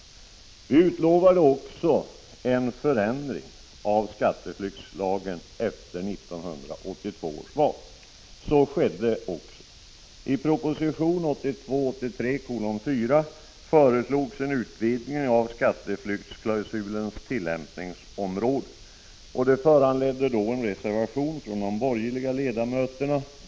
Vi utlovade också en förändring av skatteflyktslagen efter 1982 års val. Så skedde också. I proposition 1982/83:84 föreslogs en utvidgning av skatteflyktsklausulens tillämpningsområde. Det föranledde en reservation från de borgerliga ledamöterna.